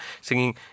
singing